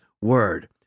Word